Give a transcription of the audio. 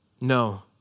No